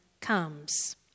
comes